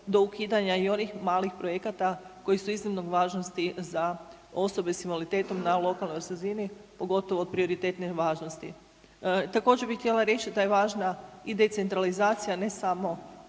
do ukidanja i onih malih projekata koji su od iznimne važnosti za osobe s invaliditetom na lokalnoj razini pogotovo od prioritetne važnosti. Također bih htjela reći da je važna i decentralizacija ne samo